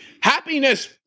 Happiness